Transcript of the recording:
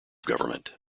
government